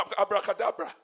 abracadabra